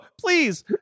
please